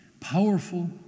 powerful